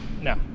No